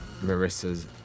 Marissa's